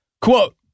Quote